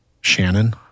Shannon